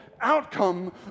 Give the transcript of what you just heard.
outcome